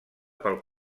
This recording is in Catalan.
pel